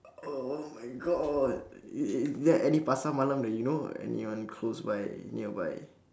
o~ oh my god i~ is there any pasar malam that you know anyone close by near by